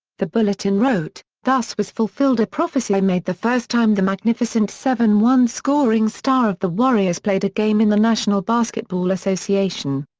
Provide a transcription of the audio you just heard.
the bulletin wrote, thus was fulfilled a prophesy made the first time the magnificent seven zero one scoring star of the warriors played a game in the national basketball association.